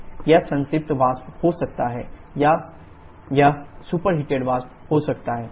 यह संतृप्त वाष्प हो सकता है या यह सुपरहिटेड वाष्प हो सकता है